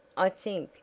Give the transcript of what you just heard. i think,